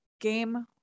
game